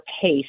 pace